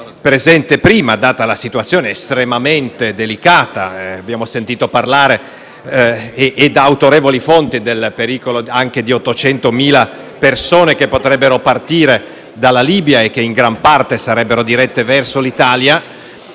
presente prima, data la situazione estremamente delicata; abbiamo sentito parlare, da autorevoli fonti, del pericolo di 800.000 persone che potrebbero partire dalla Libia e che in gran parte sarebbero dirette verso l'Italia.